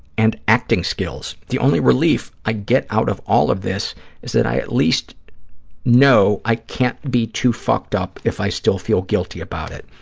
and acting skills. the only relief i get out of all of this is that i at least know i can't be too fucked up if i still feel guilty about it,